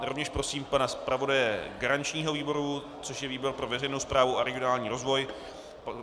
Rovněž prosím pana zpravodaje garančního výboru, což je výbor pro veřejnou správu a regionální rozvoj.